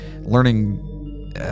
learning